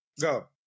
Go